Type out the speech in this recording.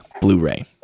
Blu-ray